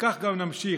וכך גם נמשיך.